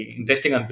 interesting